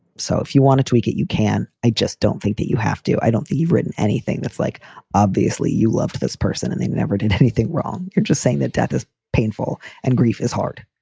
so if you want to tweak it, you can. i just don't think that you have to i don't think you've written anything that's like obviously you love this person and they never did anything wrong. you're just saying that death is painful and grief is hard.